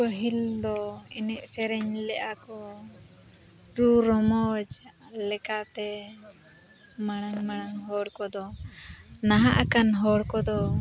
ᱯᱟᱹᱦᱤᱞ ᱫᱚ ᱮᱱᱮᱡ ᱥᱮᱨᱮᱧ ᱞᱮᱫᱟᱠᱚ ᱨᱩ ᱨᱚᱢᱚᱡ ᱞᱮᱠᱟᱛᱮ ᱢᱟᱲᱟᱝ ᱢᱟᱲᱟᱝ ᱦᱚᱲ ᱠᱚᱫᱚ ᱱᱟᱦᱟᱜ ᱟᱠᱟᱱ ᱦᱚᱲ ᱠᱚᱫᱚ